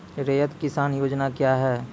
रैयत किसान योजना क्या हैं?